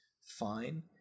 fine